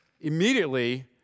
immediately